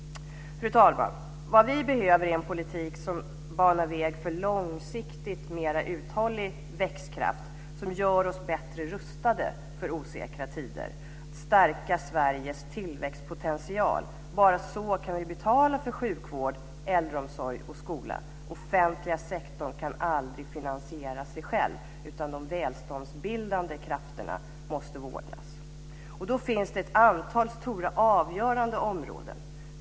Fru talman! Vad vi behöver är en politik som banar väg för en långsiktigt mera uthållig växtkraft, som gör oss bättre rustade för osäkra tider, stärker Sveriges tillväxtpotential. Bara så kan vi betala för sjukvård, äldreomsorg och skola. Den offentliga sektorn kan aldrig finansiera sig själv, utan de välståndsbildande krafterna måste ordnas. Då finns det ett antal avgörande områden.